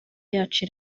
yacu